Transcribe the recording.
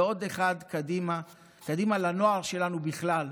ועוד אחד קדימה, קדימה לנוער שלנו בכלל,